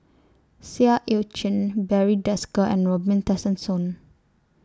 Seah EU Chin Barry Desker and Robin Tessensohn